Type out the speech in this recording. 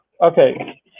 Okay